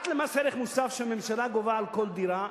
פרט למס ערך מוסף שהממשלה גובה על כל דירה,